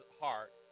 heart